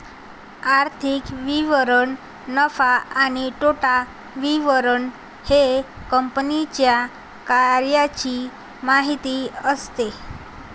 आर्थिक विवरण नफा आणि तोटा विवरण हे कंपन्यांच्या कार्याची माहिती असते